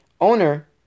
owner